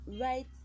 right